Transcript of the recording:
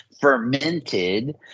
fermented